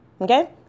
okay